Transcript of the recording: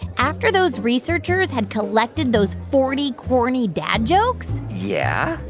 after those researchers had collected those forty corny dad jokes. yeah.